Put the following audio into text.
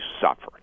suffered